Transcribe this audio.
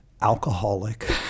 alcoholic